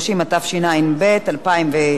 התשע"ב 2011,